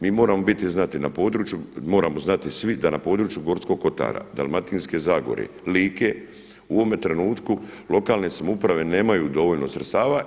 Mi moramo biti znati na području, moramo znati svi da na području Gorskog kotara, Dalmatinske zagore, Like u ovome trenutku lokalne samouprave nemaju dovoljno sredstava.